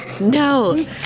No